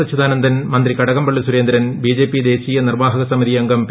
അച്യുതാനന്ദൻ മന്ത്രി കടകംപള്ളി സുരേന്ദ്രൻ ബിജെപി ദേശീയ നിർവ്വാഹക സമിതി അ്ഹ്ഗം പി